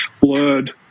blurred